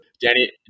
Danny